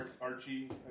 Archie